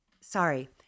Sorry